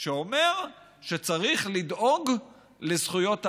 שאומר שצריך לדאוג לזכויות האדם.